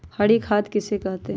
हरी खाद किसे कहते हैं?